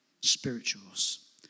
spirituals